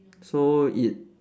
so it